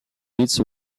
pitts